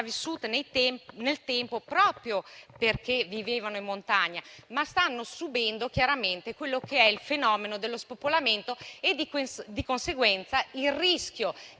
sopravvissute nel tempo proprio perché vivevano in montagna, ma stanno subendo chiaramente quello che è il fenomeno dello spopolamento e, di conseguenza, il rischio